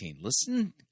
Listen